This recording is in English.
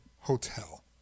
Hotel